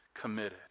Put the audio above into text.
committed